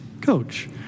Coach